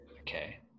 Okay